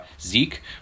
Zeke